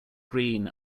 green